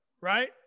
right